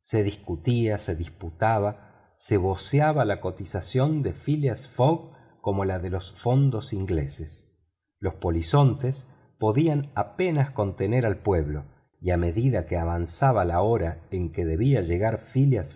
se discutía se disputaba se voceaba la cotización de phileas fogg como la de los fondos ingleses los polizontes podían apenas contener al pueblo y a medida que avanzaba la hora en que debía llegar phileas